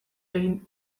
egin